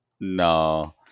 No